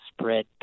spread